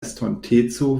estonteco